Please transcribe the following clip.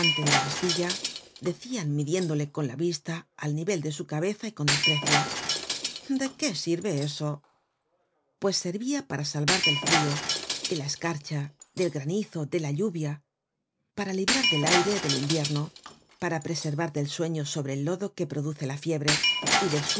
de la bastilla decian midiéndole con la vista al nivel de su cabeza y con desprecio de qué sirve eso pues servia para salvar del frio de la escarcha del granizo de la lluvia para librar del aire del invierno para preservar del sueño sobre el lodo que produce la fiebre y del sueño